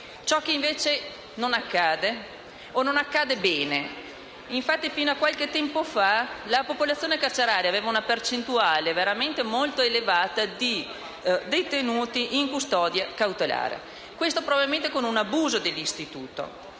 Ciò invece non accade o non accade bene. Infatti, fino a qualche tempo fa la popolazione carceraria contava una percentuale molto elevata di detenuti in custodia cautelare. Questo probabilmente per un abuso dell'istituto.